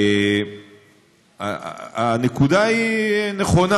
הנקודה נכונה.